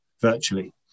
virtually